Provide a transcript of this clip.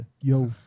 Yo